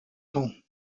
temps